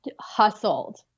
hustled